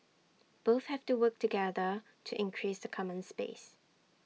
both have to work together to increase the common space